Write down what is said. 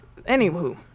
Anywho